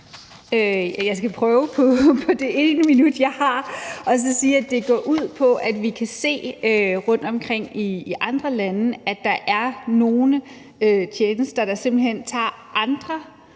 Jeg skal prøve på det ene minut, jeg har, og så sige, at det går ud på, at vi kan se rundtomkring i andre lande, at der er nogle tjenester, der simpelt hen tager andre tv-kanalers